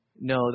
No